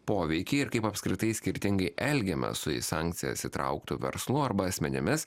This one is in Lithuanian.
poveikį ir kaip apskritai skirtingai elgiamės su į sankcijas įtrauktu verslu arba asmenimis